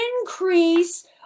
increase